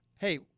hey